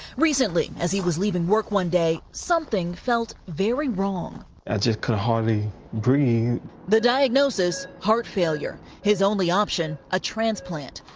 recently, as he was leaving work one day, something felt very wrong. i just could hardly breathe. reporter the diagnosis, heart failure. his only option a transplant.